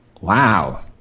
wow